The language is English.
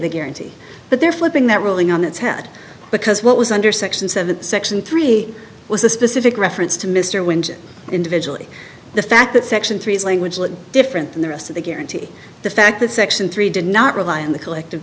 the guarantee but they're flipping that ruling on its head because what was under section seven section three was a specific reference to mr wind individually the fact that section three is language a little different than the rest of the guarantee the fact that section three did not rely on the collective